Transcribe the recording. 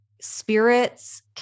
spirits